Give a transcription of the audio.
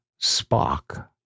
Spock